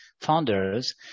founders